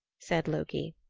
said loki.